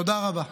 תודה רבה.